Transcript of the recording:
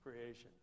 creation